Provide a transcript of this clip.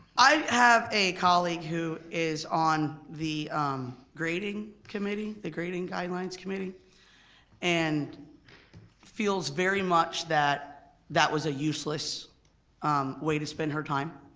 i have a colleague who is on the grading committee, the grading guidelines committee and feels very much that that was a useless way to spend her time